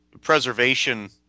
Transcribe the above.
preservation